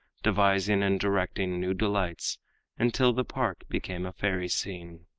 devising and directing new delights until the park became a fairy scene.